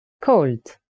cold